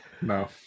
No